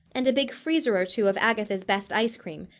and a big freezer or two of agatha's best ice cream,